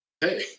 Hey